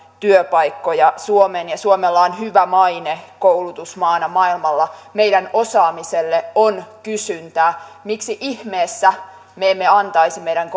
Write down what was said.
työpaikkoja suomeen ja suomella on hyvä maine koulutusmaana maailmalla meidän osaamisellemme on kysyntää miksi ihmeessä me emme antaisi meidän